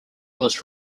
was